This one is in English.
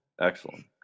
Excellent